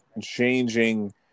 changing